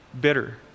bitter